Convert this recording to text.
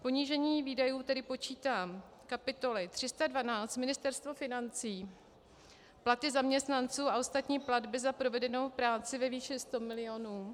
Ponížení výdajů počítám z kapitoly 312 Ministerstvo financí, platy zaměstnanců a ostatní platby za provedenou práci, ve výši 100 milionů.